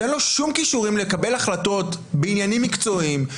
שאין לו שום כישורים לקבל החלטות בעניינים מקצועיים,